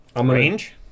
range